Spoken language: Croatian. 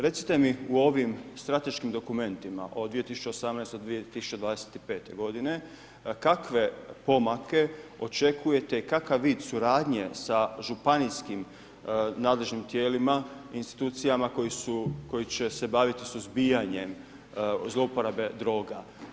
Recite mi u ovim strateškim dokumentima od 2017.-2025., kakve pomake očekujete i kakav vid suradnje sa županijskim nadležnim tijelima, institucijama koje će se baviti suzbijanjem zlouporabe droga?